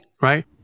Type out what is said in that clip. right